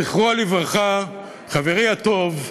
זכרו לברכה, חברי הטוב,